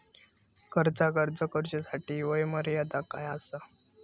कर्जाक अर्ज करुच्यासाठी वयोमर्यादा काय आसा?